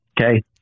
Okay